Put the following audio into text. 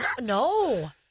No